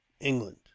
England